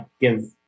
give